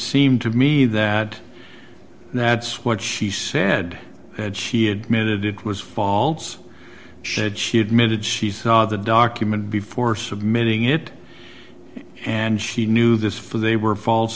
seemed to me that that's what she said and she admitted it was false she said she admitted she saw the document before submitting it and she knew this for they were false